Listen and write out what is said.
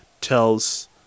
tells